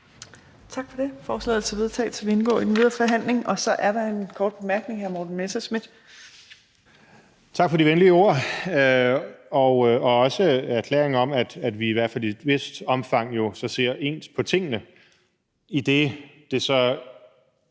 Tak for det. Forslaget til vedtagelse vil indgå i den videre forhandling. Så er der en kort bemærkning fra hr. Morten Messerschmidt. Kl. 18:37 Morten Messerschmidt (DF): Tak for de venlige ord og også for erklæringen om, at vi i hvert fald i et vist omfang jo så ser ens på tingene, idet det så